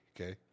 okay